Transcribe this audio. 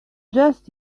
just